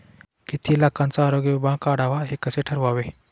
किती लाखाचा आरोग्य विमा काढावा हे कसे ठरवावे?